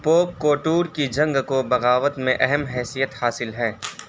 پوک کوٹور کی جنگ کو بغاوت میں اہم حثیت حاصل ہے